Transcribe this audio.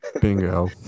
Bingo